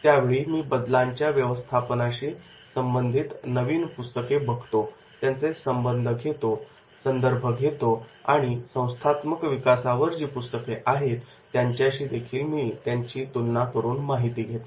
यावेळी मी बदलांच्या व्यवस्थापनाशी संबंधित नवीन पुस्तके बघतो त्यांचे संदर्भ घेतो आणि संस्थात्मक विकासावर जी पुस्तके आहेत त्यांच्याशीदेखील मी तुलना करून माहिती घेतो